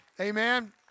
Amen